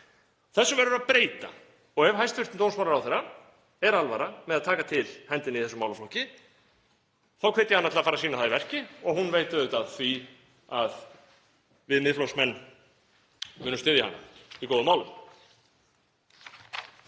Þessu verður að breyta. Ef hæstv. dómsmálaráðherra er alvara með að taka til hendinni í þessum málaflokki þá hvet ég hana til að fara að sýna það í verki og hún veit auðvitað af því að við Miðflokksmenn munum styðja hana í góðum málum.